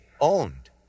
owned